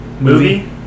movie